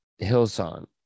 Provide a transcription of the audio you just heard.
Hillsong